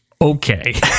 okay